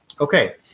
Okay